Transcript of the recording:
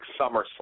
SummerSlam